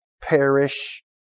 perish